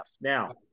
Now